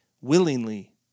willingly